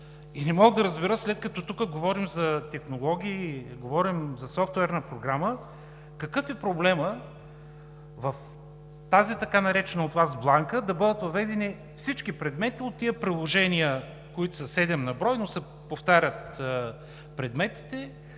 Не мога да разбера, след като тук говорим за технологии, говорим за софтуерна програма, какъв е проблемът в тази така наречена от Вас бланка да бъдат въведени всички предмети от тези приложения, които са седем на брой, но се повтарят предметите